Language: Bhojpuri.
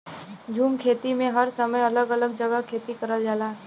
झूम खेती में हर समय अलग अलग जगह खेती करल जाला